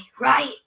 right